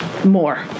more